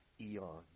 eon